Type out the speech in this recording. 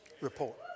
report